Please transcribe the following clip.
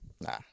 Nah